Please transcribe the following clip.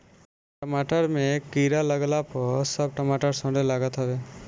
टमाटर में कीड़ा लागला पअ सब टमाटर सड़े लागत हवे